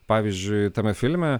pavyzdžiui tame filme